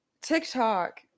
TikTok